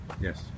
Yes